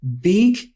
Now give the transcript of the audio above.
big